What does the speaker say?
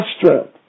strength